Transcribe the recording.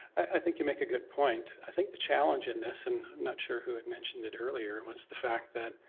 i think you make a good point. i think the challenge in this, and i'm not sure who had mentioned it earlier, and was the fact that